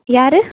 யார்